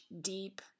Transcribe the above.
deep